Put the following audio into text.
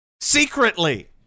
Secretly